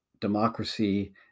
democracy